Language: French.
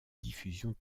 diffusion